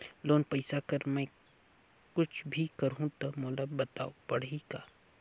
Loan पइसा कर मै कुछ भी करहु तो मोला बताव पड़ही का?